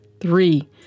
Three